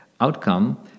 outcome